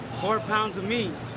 four pounds of meat.